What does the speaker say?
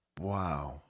Wow